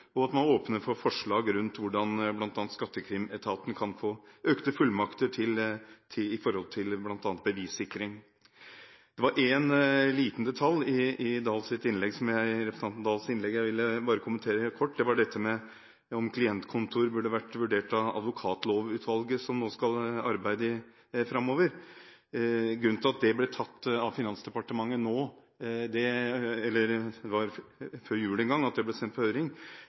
og at man åpner for forslag om hvordan bl.a. Skattekrim-etaten kan få økte fullmakter når det gjelder bl.a. bevissikring. Det var en liten detalj i representanten Oktay Dahls innlegg jeg bare ville kommentere helt kort, og det var dette med om klientkontoer burde vært vurdert av advokatlovutvalget som nå skal arbeide framover. Grunnen til at dette ble tatt av Finansdepartementet nå – det ble sendt på høring før jul en gang – var at det